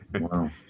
Wow